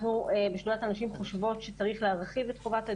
אנחנו בשדולת הנשים חושבות שצריך להרחיב את חובת הדיווח.